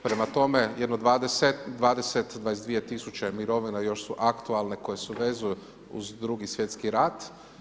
Prema tome jedno 2, 22 tisuće mirovina još su aktualne koje se vezuju uz Drugi svjetski rat.